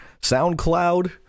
SoundCloud